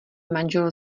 manžel